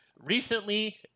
Recently